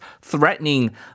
threatening